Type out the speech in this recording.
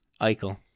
Eichel